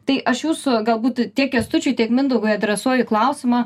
tai aš jūsų galbūt tiek kęstučiui tiek mindaugui adresuoju klausimą